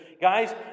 guys